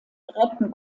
retten